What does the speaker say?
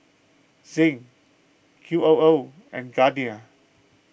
Zinc Q O O and Garnier